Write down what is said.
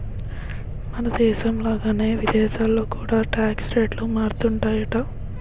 మనదేశం లాగానే విదేశాల్లో కూడా టాక్స్ రేట్లు మారుతుంటాయట